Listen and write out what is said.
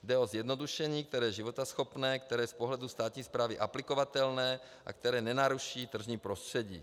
Jde o zjednodušení, které je životaschopné, které je z pohledu státní správy aplikovatelné a které nenaruší tržní prostředí.